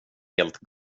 helt